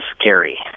Scary